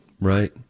Right